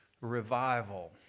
Revival